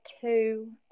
two